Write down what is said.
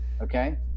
okay